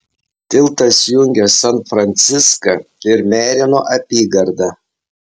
tiltas jungia san franciską ir merino apygardą